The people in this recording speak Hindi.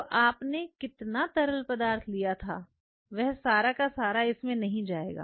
तो आपने कितना तरल पदार्थ लिया था वह सारा का सारा इसमें नहीं जाएगा